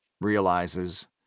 realizes